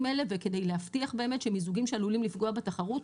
האלה וכדי להבטיח באמת שמיזוגים שעלולים לפגוע בתחרות,